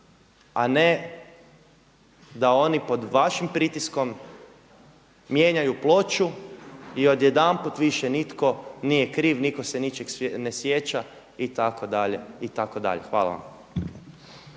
a ne da oni pod vašim pritiskom mijenjaju ploču i odjedanput više nitko nije kriv, niko se ničega ne sjeća itd., itd. Hvala vam.